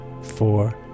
four